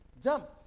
Jump